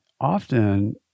often